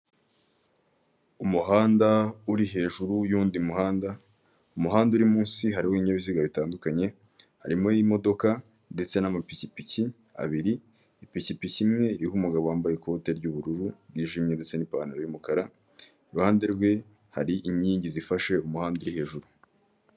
Umuhanda uri hejuru y'undi muhanda, umuhanda uri munsi hari ibinyabiziga bitandukanye harimo imodoka ndetse n'amapikipiki abiri, ipikipiki imwe iriho umugabo wambaye ikote ry'ubururu ryijimye ndetse n'ipantaro y'umukara, iruhande rwe hari inkingi zifashe umuhanda uri hejuru.